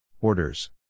Orders